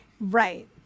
right